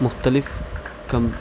مختلف کم